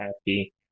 happy